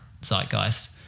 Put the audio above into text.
zeitgeist